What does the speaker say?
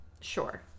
sure